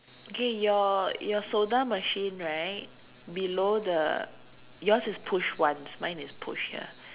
okay your your soda machine right below the yours is push once mine is push ya